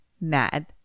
mad